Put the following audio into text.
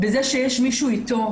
בזה שיש מישהו איתו,